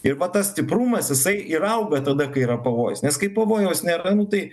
ir va tas stiprumas jisai ir auga tada kai yra pavojus nes kai pavojaus nėra nu tai